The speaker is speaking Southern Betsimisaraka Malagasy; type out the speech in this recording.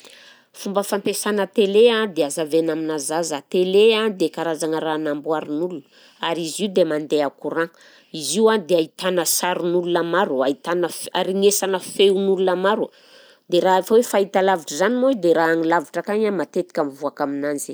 Fomba fampiasana télé a dia hazavaina aminà zaza, télé a dia karazagna raha namboarin'olona, ary izy io dia mandeha courant, izy io a dia ahitana sarin'olona maro, ahitana fe- aharegnesana feon'olona maro, dia raha efa hoe fahitalavitra zany moa dia raha agny lavitra akagny a matetika mivoaka aminanzy.